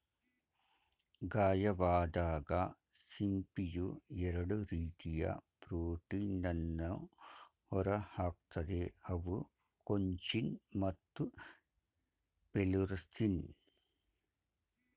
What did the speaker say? ಗಾಯವಾದಾಗ ಸಿಂಪಿಯು ಎರಡು ರೀತಿಯ ಪ್ರೋಟೀನನ್ನು ಹೊರಹಾಕ್ತದೆ ಅವು ಕೊಂಚಿನ್ ಮತ್ತು ಪೆರ್ಲುಸಿನ್